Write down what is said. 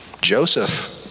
Joseph